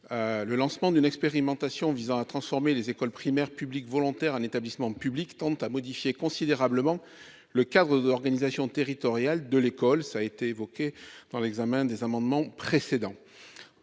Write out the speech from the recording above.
Le lancement d'une expérimentation visant à transformer les écoles primaires publiques volontaires en établissements publics tend à modifier considérablement le cadre de l'organisation territoriale de l'école. L'examen des amendements de